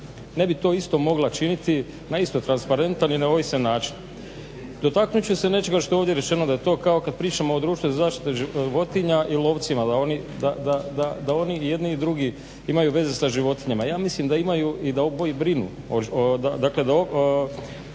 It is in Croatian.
ne bi to isto mogla činiti na isto transparentan i neovisan način. Dotaknut ću se nečega što je ovdje rečeno da je to kao kad pričamo o društvu za zaštitu životinja i lovcima, da oni i jedni i drugi imaju veze sa životinjama. Ja mislim da imaju i da oboje brinu